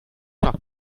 nach